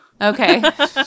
okay